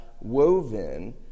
woven